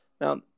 Now